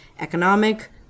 economic